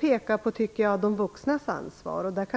peka på de vuxnas ansvar.